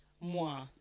moi